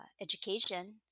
education